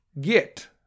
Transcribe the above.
get